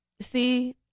See